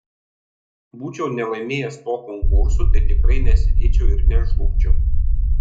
būčiau nelaimėjęs to konkurso tai tikrai nesėdėčiau ir nežlugčiau